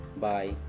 Bye